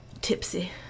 tipsy